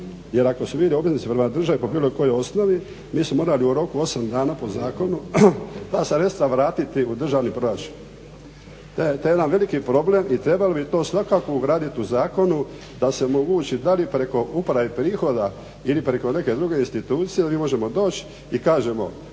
jer ako su bili obveznici prema državi prema bilo kojoj osnovi mi smo morali u roku 8 dana po zakonu ta sredstva vratiti u državni proračun. Gledajte, to je jedan veliki problem i trebali bi to svakako ugradit u zakonu da se omogući da li preko upravo prihoda ili preko neke druge institucije, da mi možemo doći i kažemo